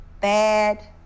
bad